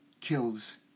kills